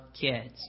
kids